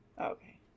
Okay